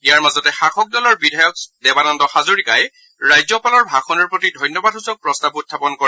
ইয়াৰ মাজতে শাসক দলৰ বিধায়ক শ্ৰীদেৱানন্দ হাজৰিকাই ৰাজ্যপালৰ ভাষণৰ প্ৰতি ধন্যবাদসূচক প্ৰস্তাৱ উখাপন কৰে